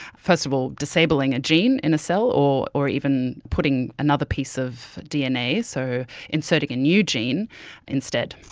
first of all, disabling a gene in a cell or or even putting another piece of dna, so inserting a new gene instead.